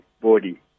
body